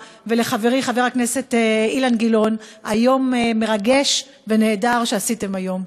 ולחברי חבר הכנסת אילן גילאון על יום מרגש ונהדר שעשיתם היום.